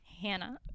Hannah